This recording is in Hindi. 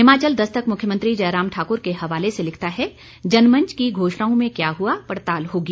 हिमाचल दस्तक मुख्यमंत्री जयराम ठाकुर के हवाले से लिखता है जनमंच की घोषणाओं में क्या हुआ पड़ताल होगी